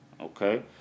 Okay